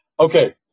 Okay